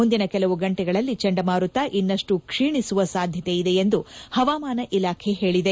ಮುಂದಿನ ಕೆಲವು ಗಂಟೆಗಳಲ್ಲಿ ಚಂಡಮಾರುತ ಇನ್ನಷ್ಟು ಕ್ಷೀಣಿಸುವ ಸಾಧ್ಯತೆ ಇದೆ ಎಂದು ಹವಾಮಾನ ಇಲಾಖೆ ಹೇಳಿದೆ